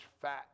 fat